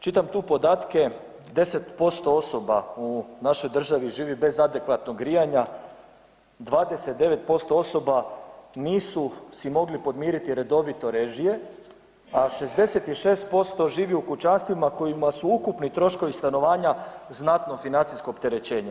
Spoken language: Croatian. Čitam tu podatke, 10% osoba u našoj državi živi bez adekvatnog grijanja, 29% osoba nisu si mogli podmiriti redovito režije, a 66% živi u kućanstvima kojima su ukupni troškovi stanovanja znatno financijsko opterećenje.